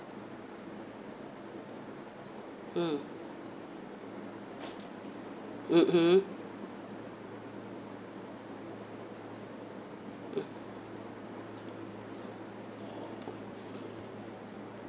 mm mmhmm